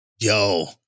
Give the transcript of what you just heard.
Yo